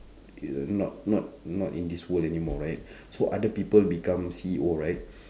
is (uh)not not not in this world anymore right so other people become C_E_O right